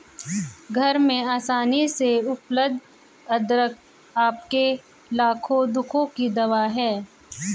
घर में आसानी से उपलब्ध अदरक आपके लाखों दुखों की दवा है